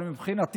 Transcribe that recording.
אבל מבחינתי,